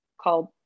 called